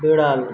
বেড়াল